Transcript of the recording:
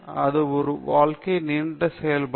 இது ஒரு வாழ்க்கை நீண்ட செயல்பாடு